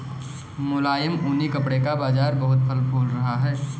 मुलायम ऊनी कपड़े का बाजार बहुत फल फूल रहा है